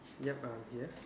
yup uh yeah